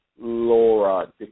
Laura